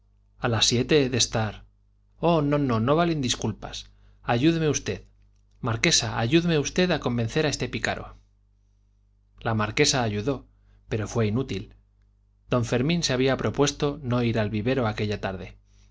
a las siete he de estar oh no no valen disculpas ayúdeme usted marquesa ayúdeme usted a convencer a este pícaro la marquesa ayudó pero fue inútil don fermín se había propuesto no ir al vivero aquella tarde